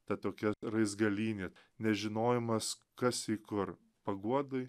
ta tokia raizgalynė nežinojimas kas į kur paguodoj